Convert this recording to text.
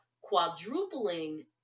quadrupling